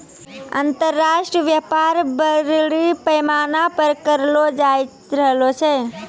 अन्तर्राष्ट्रिय व्यापार बरड़ी पैमाना पर करलो जाय रहलो छै